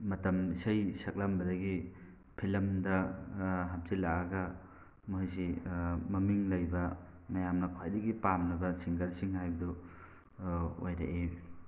ꯃꯇꯝ ꯏꯁꯩ ꯁꯛꯂꯝꯕꯗꯒꯤ ꯐꯤꯂꯝꯗ ꯍꯥꯞꯆꯤꯜꯂꯛꯑꯒ ꯃꯈꯣꯏꯁꯤ ꯃꯃꯤꯡ ꯂꯩꯕ ꯃꯌꯥꯝꯅ ꯈ꯭ꯋꯥꯏꯗꯒꯤ ꯄꯥꯝꯅꯕ ꯁꯤꯡꯒꯔꯁꯤꯡ ꯍꯥꯏꯕꯗꯨ ꯑꯣꯏꯔꯛꯏ